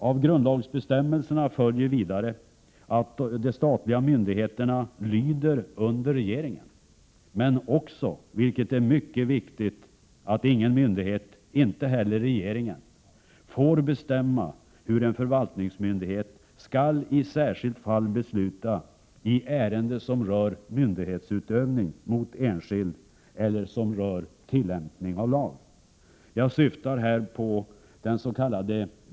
Av grundlagsbestämmelserna följer vidare att de statliga myndigheterna lyder under regeringen, men också — och det är mycket viktigt — att ingen myndighet, inte ens regeringen, får bestämma hur en förvaltningsmyndighet i särskilt fall skall besluta i ärende som rör myndighetsutövning mot enskild eller som rör tillämpning av lag. Jag syftar här på dens.k.